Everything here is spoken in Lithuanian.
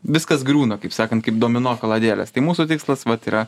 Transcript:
viskas griūna kaip sakant kaip domino kaladėlės tai mūsų tikslas vat yra